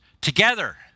together